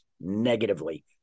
negatively